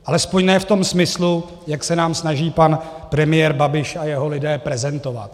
Alespoň ne v tom smyslu, jak se nám snaží pan premiér Babiš a jeho lidé prezentovat.